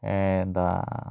എന്താ